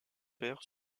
père